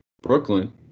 brooklyn